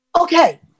Okay